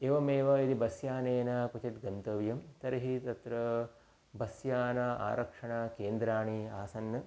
एवमेव यदि बस्यानेन क्वचित् गन्तव्यं तर्हि तत्र बस्यान आरक्षणकेन्द्राणि आसन्